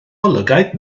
lygaid